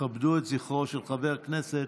תכבדו את זכרו של חבר כנסת